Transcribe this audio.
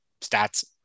Stats